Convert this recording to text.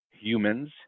humans